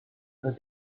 the